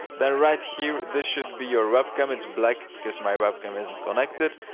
then right here, this should be your webcam. it's black because my webcam isn't connected,